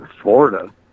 Florida